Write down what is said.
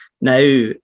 Now